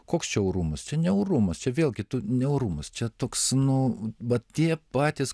koks čia orumas čia ne orumas čia vėlgi tu ne orumas čia toks nu vat tie patys